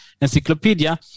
encyclopedia